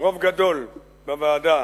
רוב גדול בוועדה